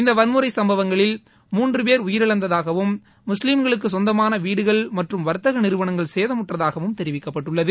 இந்த வன்முறை சம்பவங்களில் மூன்று பேர் உயிரிழந்திழந்தாகவும் முஸ்லீம்களுக்கு சொந்தமான வீடுகள் மற்றும் வர்த்தக நிறுவனங்கள் சேதமுற்றதாகவும் தெரிவிக்கப்பட்டுள்ளது